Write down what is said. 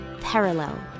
Parallel